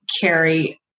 carry